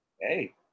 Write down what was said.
Hey